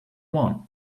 one